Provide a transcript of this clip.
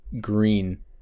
Green